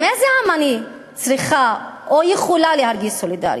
עם איזה עם אני צריכה או יכולה להרגיש סולידריות?